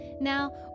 Now